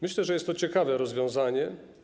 Myślę, że jest to ciekawe rozwiązanie.